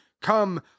Come